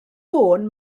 fôn